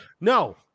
no